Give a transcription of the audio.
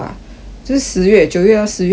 就是十月九月到十月的时候我去